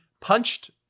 punched